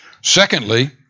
Secondly